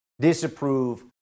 Disapprove